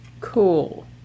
Cool